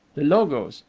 the logos,